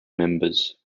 members